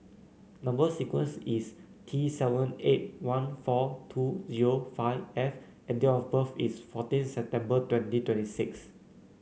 number sequence is T seven eight one four two zero five F and date of birth is fourteen September twenty twenty six